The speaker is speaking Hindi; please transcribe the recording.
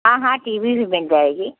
हाँ हाँ टी वी भी मिल जाएगी